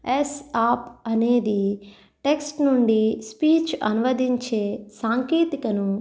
eyes ఆప్ అనేది text నుండి స్పీచ్ అనువదించే సాంకేతికను